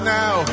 now